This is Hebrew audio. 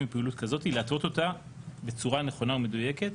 בפעילות כזאת להתוות אותה בצורה נכונה ומדויקת